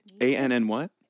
A-N-N-what